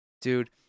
Dude